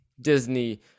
Disney